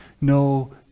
no